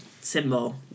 Symbol